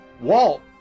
Walt